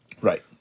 Right